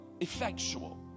effectual